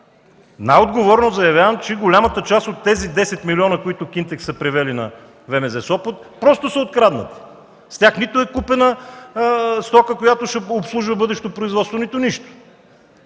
Най-отговорно заявявам, че голямата част от тези 10 милиона, които „Кинтекс” са привели на ВМЗ – Сопот, просто са откраднати. С тях нито е купена стока, която ще обслужва бъдещото производство, нито нищо!